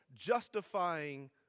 justifying